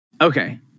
Okay